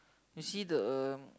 you see the uh